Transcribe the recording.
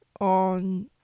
on